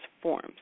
forms